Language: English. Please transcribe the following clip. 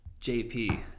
JP